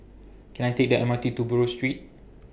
Can I Take The M R T to Buroh Street